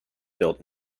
built